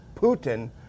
Putin